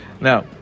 Now